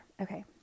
Okay